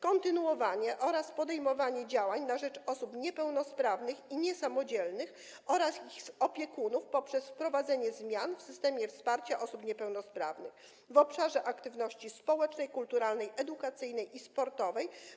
Kontynuowanie oraz podejmowanie działań na rzecz osób niepełnosprawnych i niesamodzielnych oraz ich opiekunów przez wprowadzenie zmian w systemie wsparcia osób niepełnosprawnych w obszarze aktywności społecznej, kulturalnej, edukacyjnej i sportowej.